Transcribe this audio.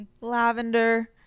lavender